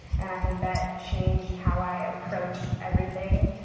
and i think that changed how i approach everything.